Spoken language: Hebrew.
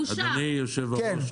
אדוני היושב-ראש,